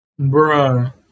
Bruh